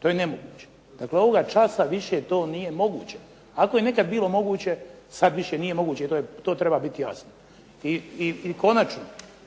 To je nemoguće. Dakle, ovoga časa više to nije moguće. Ako je nekad bilo moguće, sad više nije moguće i to treba biti jasno. I